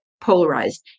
polarized